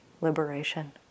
liberation